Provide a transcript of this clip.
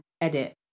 edit